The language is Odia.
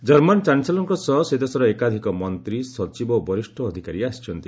ଜର୍ମାନ୍ ଚାନ୍ସେଲର୍ଙ୍କ ସହ ସେ ଦେଶର ଏକାଧିକ ମନ୍ତ୍ରୀ ସଚିବ ଓ ବରିଷ୍ଣ ଅଧିକାରୀ ଆସିଛନ୍ତି